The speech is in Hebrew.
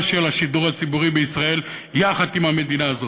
של השידור הציבורי בישראל יחד עם המדינה הזאת.